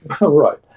Right